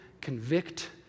convict